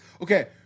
Okay